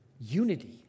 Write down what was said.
Unity